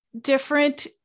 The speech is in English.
different